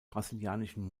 brasilianischen